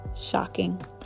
shocking